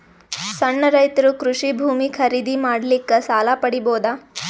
ಸಣ್ಣ ರೈತರು ಕೃಷಿ ಭೂಮಿ ಖರೀದಿ ಮಾಡ್ಲಿಕ್ಕ ಸಾಲ ಪಡಿಬೋದ?